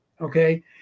Okay